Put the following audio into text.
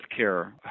healthcare